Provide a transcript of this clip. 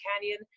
Canyon